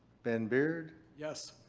ben beard. yes.